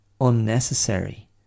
unnecessary